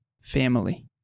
family